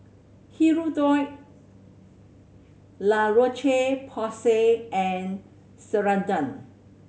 Hirudoid La Roche Porsay and Ceradan